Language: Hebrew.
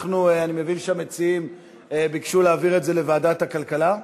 אני מבין שהמציעים ביקשו להעביר את הנושא לוועדת הכלכלה.